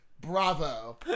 bravo